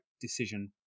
decision